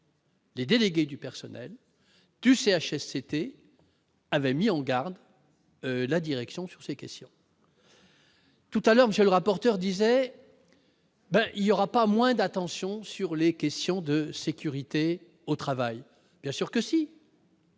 Les délégués du personnel et du CHSCT avait mis en garde la direction sur ces questions. Tout à l'heure monsieur le rapporteur, disait, ben il y aura pas moins d'attention sur les questions de sécurité au travail bien sûr que si.